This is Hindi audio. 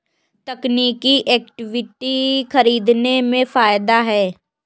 तकनीकी इक्विटी खरीदने में फ़ायदा है